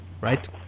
right